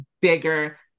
bigger